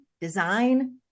design